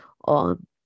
on